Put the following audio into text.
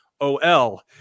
OL